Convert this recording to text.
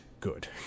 good